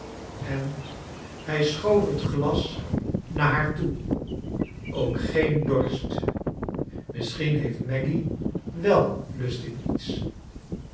en hij schoof het glas naar haar toe ook geen dorst misschien heeft maggy wel lust in iets